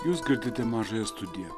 jūs girdite mažąją studiją